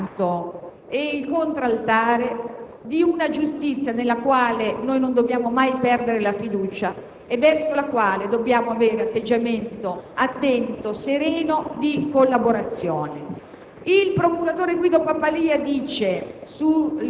per me sono il controcanto e il contraltare di una giustizia nella quale non dobbiamo mai perdere la fiducia e verso la quale dobbiamo avere atteggiamento attento e sereno di collaborazione.